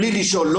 בלי לשאול,